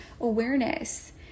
awareness